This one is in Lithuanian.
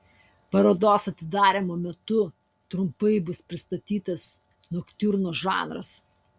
parodos atidarymo metu trumpai bus pristatytas noktiurno žanras